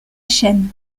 chaîne